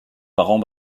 parents